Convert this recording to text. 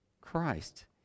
Christ